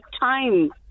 time